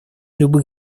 любых